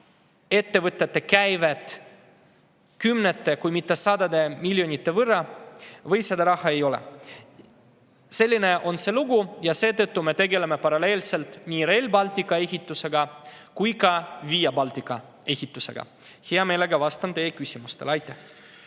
ettevõtete käivet kümnete, kui mitte sadade miljonite võrra, või seda raha ei ole. Selline lugu on ja seetõttu me tegeleme paralleelselt nii Rail Balticu kui ka Via Baltica ehitusega. Hea meelega vastan teie küsimustele. Aitäh!